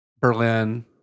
Berlin